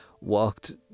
Walked